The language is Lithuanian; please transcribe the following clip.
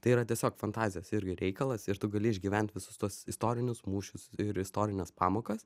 tai yra tiesiog fantazijos irgi reikalas ir tu gali išgyvent visus tuos istorinius mūšius ir istorines pamokas